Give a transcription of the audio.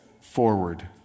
forward